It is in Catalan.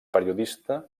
periodista